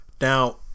now